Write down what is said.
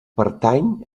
pertany